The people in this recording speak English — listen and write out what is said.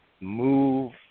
move